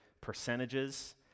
percentages